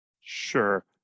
Sure